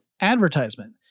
advertisement